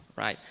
right?